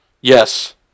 Yes